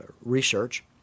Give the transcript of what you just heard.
research